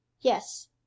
yes